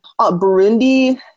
Burundi